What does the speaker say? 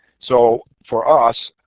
so for us,